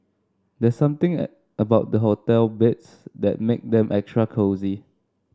there's something at about the hotel beds that make them extra cosy